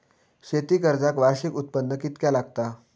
शेती कर्जाक वार्षिक उत्पन्न कितक्या लागता?